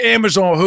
Amazon